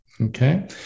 Okay